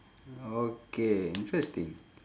okay interesting